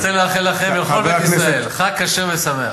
אני רוצה לאחל לכם ולכל בית ישראל חג כשר ושמח.